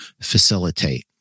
facilitate